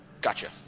Gotcha